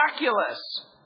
miraculous